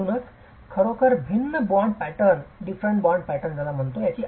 म्हणूनच खरोखरच भिन्न बॉन्ड पॅटर्नची bond patterns